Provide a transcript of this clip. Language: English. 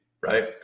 Right